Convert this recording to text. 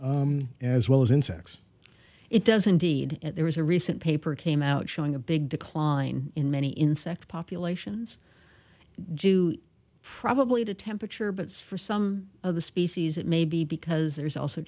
as well as insects it does indeed there was a recent paper came out showing a big decline in many insect populations jew probably to temperature bits for some of the species that may be because there's also